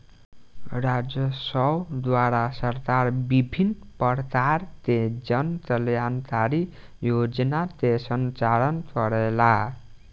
राजस्व द्वारा सरकार विभिन्न परकार के जन कल्याणकारी योजना के संचालन करेला